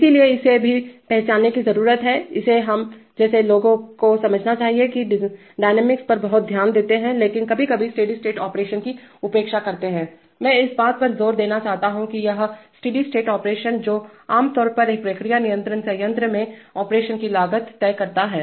इसलिए इसे भी पहचानने की जरूरत हैइसे हम जैसे लोगों को समझना चाहिए जो डायनामिक्स पर बहुत ध्यान देते हैं लेकिन कभी कभी स्टेडी स्टेट ऑपरेशन की उपेक्षा करते हैंमैं इस बात पर जोर देना चाहता हूं कि यह स्टेडी स्टेट ऑपरेशन जो आम तौर पर एक प्रक्रिया नियंत्रण संयंत्र में ऑपरेशन की लागत तय करता है